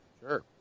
Sure